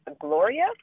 Gloria